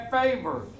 favor